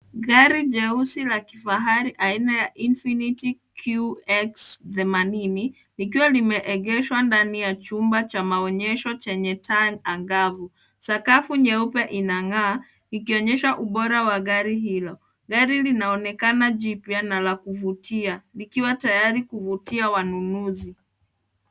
Gari jeusi la kifahari aina ya Infinity QX 80, likiwa limeegeshwa ndani ya chumba cha maonyesho chenye taa angavu. Sakafu nyeupe inang'aa, ikionyesha ubora wa gari hilo. Gari linaonekana jipya na la kuvutia, likiwa tayari kuvutia wanunuzi.